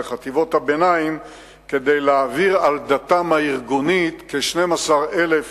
לחטיבות הביניים כדי להעביר על דתם הארגונית כ-12,000